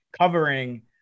covering